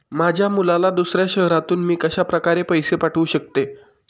माझ्या मुलाला दुसऱ्या शहरातून मी कशाप्रकारे पैसे पाठवू शकते?